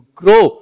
grow